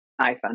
iphone